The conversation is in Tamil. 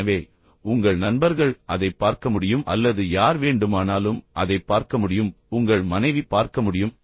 எனவே உங்கள் நண்பர்கள் அதைப் பார்க்க முடியும் அல்லது யார் வேண்டுமானாலும் அதைப் பார்க்க முடியும் உங்கள் மனைவி பார்க்க முடியும்